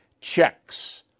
checks